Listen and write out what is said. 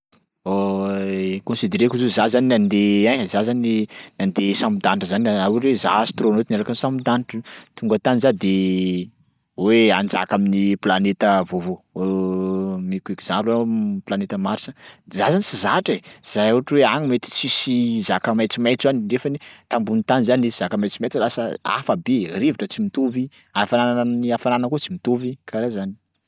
Considereko zao za zany nandeha ehe za zany nandeha sambon-danitra zany raha ohatry hoe za astronaute niaraka sambon-danitra io tonga tany za de hoe hanjaka amin'ny planeta vaovao meko exemple m- planeta Marsa, de za zany tsy zatra e, zay ohatry hoe any mety tsisy zaka maitsomaitso any ndrefany tambony tany zany nisy zaka maitsomaitso lasa hafabe, rivotra tsy mitovy, hafanana ny hafanana koa tsy mitovy karaha zany.